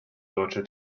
deutsche